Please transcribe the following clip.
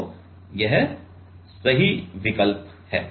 तो यह सही विकल्प है